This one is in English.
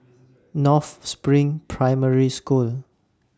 North SPRING Primary School